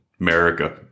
America